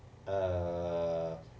uh